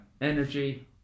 energy